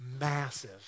massive